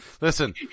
Listen